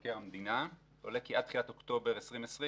מבקר המדינה עולה כי עד תחילת אוקטובר 2020,